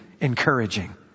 Encouraging